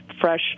fresh